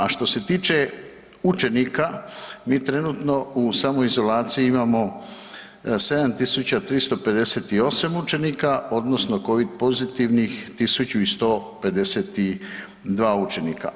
A što se tiče učenika, mi trenutno u samoizolaciji imamo 7 358 učenika, odnosno Covid pozitivnih 1 152 učenika.